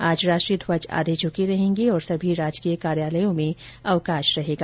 आज राष्ट्रीय ध्वज आधे झुके रहेंगे और सभी राजकीय कार्यालयों में अवकाश रहेगा